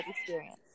experience